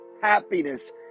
happiness